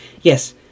Yes